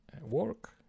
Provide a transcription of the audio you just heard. work